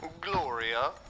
Gloria